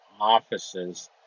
offices